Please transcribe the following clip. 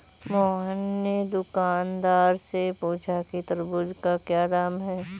मोहन ने दुकानदार से पूछा कि तरबूज़ का क्या दाम है?